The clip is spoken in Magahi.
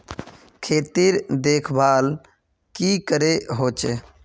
खेतीर देखभल की करे होचे?